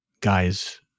guys